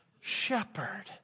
shepherd